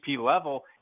level